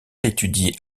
étudie